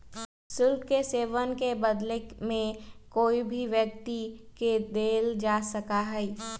शुल्क के सेववन के बदले में कोई भी व्यक्ति के देल जा सका हई